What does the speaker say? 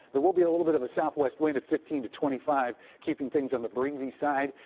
there will be a little bit of a southwest wind at fifteen twenty five keeping things on the breezy side.